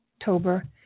October